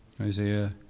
Isaiah